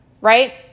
Right